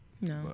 no